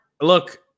look